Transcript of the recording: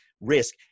risk